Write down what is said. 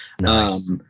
Nice